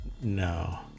no